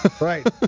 Right